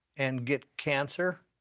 and get cancer,